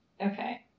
Okay